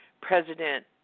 President